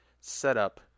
setup